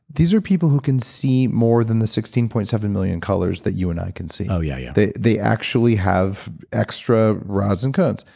these are people who can see more than the sixteen point seven million colors that you and i can see oh, yeah, yeah they they actually have extra rods and cones,